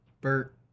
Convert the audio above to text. Bert